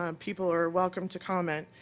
um people are welcome to comment,